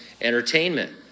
entertainment